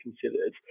considered